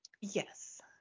Yes